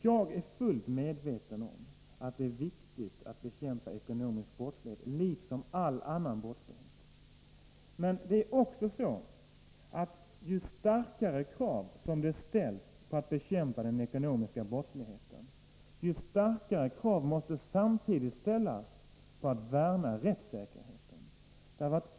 Jag är fullt medveten om att det är viktigt att bekämpa ekonomisk brottslighet liksom all annan brottslighet, men ju starkare krav som ställs när det gäller att bekämpa den ekonomiska brottsligheten, desto starkare krav måste samtidigt ställas på att rättssäkerheten skall värnas.